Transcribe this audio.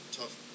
tough